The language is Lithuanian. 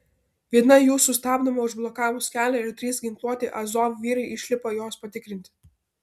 viena jų sustabdoma užblokavus kelią ir trys ginkluoti azov vyrai išlipa jos patikrinti